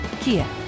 Kia